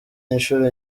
inshuro